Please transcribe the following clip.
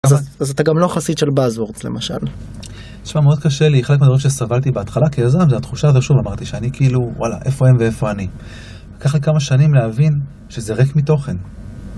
אז אתה גם לא חסיד של באז וורדס למשל? שמע מאוד קשה לי. חלק מהדברים שסבלתי בהתחלה כיזם זו התחושה הזו שוב אמרתי שאני כאילו וואלה איפה הם ואיפה אני לקח לי כמה שנים להבין שזה ריק מתוכן